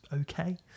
okay